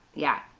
yeah.